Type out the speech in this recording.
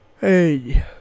Hey